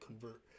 convert